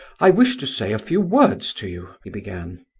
i wish to say a few words to you, he began.